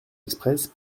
express